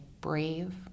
brave